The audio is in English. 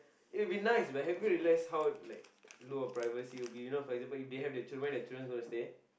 it will be nice but have you realised how llike ow a privacy will be you know for example if they have the children where is the children gonna stay